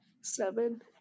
Seven